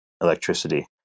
electricity